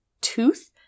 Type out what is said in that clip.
tooth